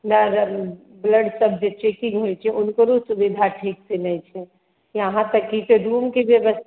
न ब्लडसभ जे चेकिंग होइ छै हुनकरो सुविधा ठीकसँ नहि छै यहाँ तक कि जे रूमके व्यवस्था